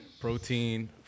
protein